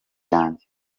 yanjye